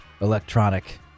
electronic